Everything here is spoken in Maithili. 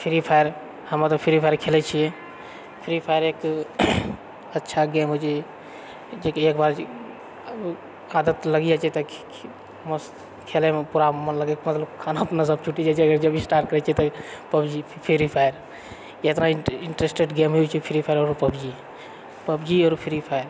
फ्री फायर हमे तऽ फ्री फायर खेलैत छिऐ फ्री फायर एक अच्छा गेम होइत छै जेकि एक बाजी आदत लागि जाइत छै खी खी उहाँ खेलैमे पूरा मन लगैत मतलब खाना पीना सभटा छुटि जाइत छै अगर जब स्टार्ट करैत छियै तऽ पबजी फ्री फायर एतना इन इन्टरेस्टेड गेम होइ छै फ्री फायर आओर पबजी पबजी आओर फ्री फायर